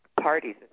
parties